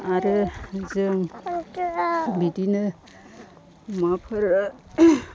आरो जों बिदिनो अमाफोर